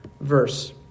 verse